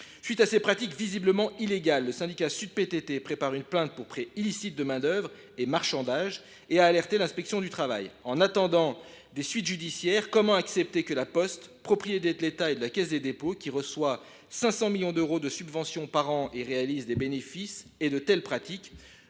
Face à ces pratiques visiblement illégales, le syndicat Sud PTT prépare une plainte pour prêt illicite de main d’œuvre et marchandage, et a alerté l’inspection du travail. En attendant des suites judiciaires, comment accepter que La Poste, propriété de l’État et de la Caisse des dépôts et consignations, qui reçoit 500 millions d’euros de subvention par an et réalise des bénéfices, s’adonne à de telles pratiques ?